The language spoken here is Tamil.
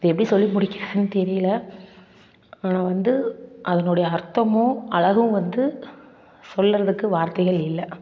இதை எப்படி சொல்லி முடிகிறதுன்னு தெரியல ஆனால் வந்து அதனோடய அர்த்தமும் அழகும் வந்து சொல்கிறதுக்கு வார்த்தைகள் இல்லை